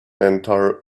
entire